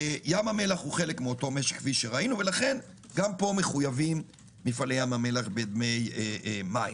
ים המלח הוא חלק מאותו משק ולכן גם פה מחויבים מפעלי ים המלח בדמי מים.